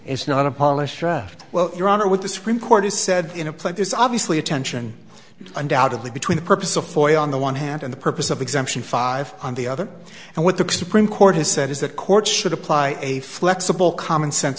it's not a polished draft well your honor what the supreme court has said in a play there's obviously a tension undoubtedly between the purpose of foil on the one hand and the purpose of exemption five on the other and what the supreme court has said is that courts should apply a flexible commonsense